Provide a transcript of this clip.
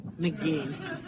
McGee